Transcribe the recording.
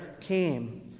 came